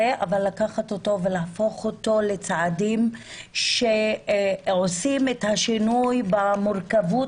אבל לקחת אותו ולהפוך אותו לצעדים שעושים את השינוי במורכבות